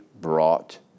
brought